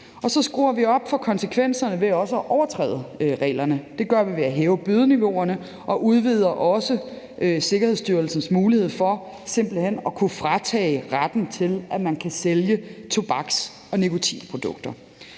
Så skruer vi også op for konsekvenserne ved at overtræde reglerne. Det gør vi ved at hæve bødeniveauerne, og vi udvider også Sikkerhedsstyrelsens mulighed for simpelt hen at kunne fratage retten til, at man kan sælge tobaks- og nikotinprodukter.